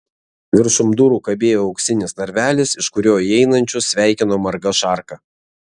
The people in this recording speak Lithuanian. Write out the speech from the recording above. viršum durų kabėjo auksinis narvelis iš kurio įeinančius sveikino marga šarka